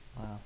Wow